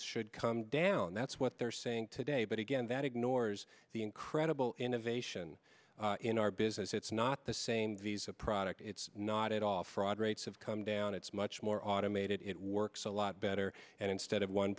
should come down that's what they're saying today but again that ignores the incredible innovation in our business it's not the same visa product it's not at all fraud rates have come down it's much more automated it works a lot better and instead of one